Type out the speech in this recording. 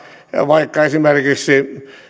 vaikka esimerkiksi